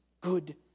good